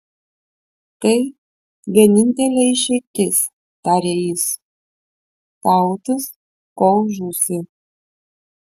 tai vienintelė išeitis tarė jis kautis kol žūsi